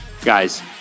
guys